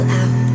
out